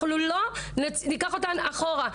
אנחנו לא ניקח אותן אחורה.